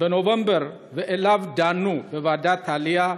בנובמבר ודנו בו בוועדת העלייה,